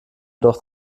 doch